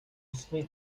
ósmej